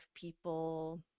people